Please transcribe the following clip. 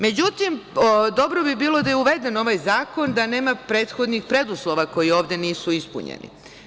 Međutim, dobro bi bilo da je uvede ovaj zakon da nema prethodnih preduslova koji ovde nisu ispunjeni.